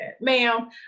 ma'am